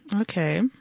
Okay